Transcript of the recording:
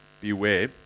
beware